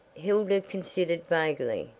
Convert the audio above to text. hilda considered vaguely.